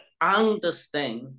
Understand